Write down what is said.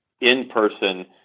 in-person